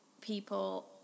people